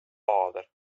âlder